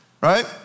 right